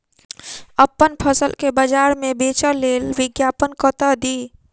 अप्पन फसल केँ बजार मे बेच लेल विज्ञापन कतह दी?